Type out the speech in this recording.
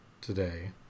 today